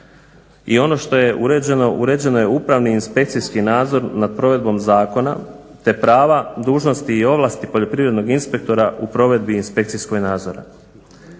I ono što je uređeno, uređeno je upravni inspekcijski nadzor nad provedbom zakona te prava, dužnosti i ovlasti poljoprivrednog inspektora u provedbi inspekcijskog nadzora.